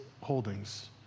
holdings